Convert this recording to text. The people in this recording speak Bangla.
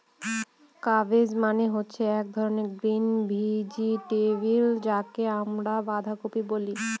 কাব্বেজ মানে হচ্ছে এক ধরনের গ্রিন ভেজিটেবল যাকে আমরা বাঁধাকপি বলে